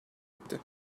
etti